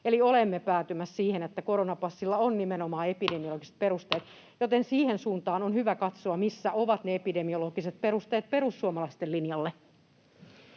olemme päätymässä siihen, että koronapassilla on nimenomaan epidemiologiset perusteet, joten siihen suuntaan on hyvä katsoa, missä ovat ne epidemiologiset perusteet perussuomalaisten linjalle.